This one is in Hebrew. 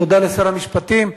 תודה לשר המשפטים.